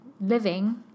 living